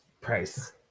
Price